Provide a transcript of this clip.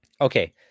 Okay